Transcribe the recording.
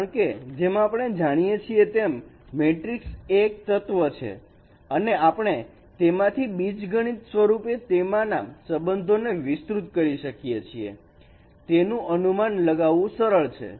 કારણકે આપણે જાણીએ છીએ તેમ મેટ્રિક્સ એ તત્વ છે અને આપણે તેમાંથી બીજગણિત સ્વરૂપે એમાંના સંબંધોને વિસ્તૃત કરી શકીએ છીએ તેનું અનુમાન લગાવવું સરળ છે